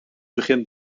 begin